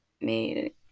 Made